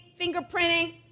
fingerprinting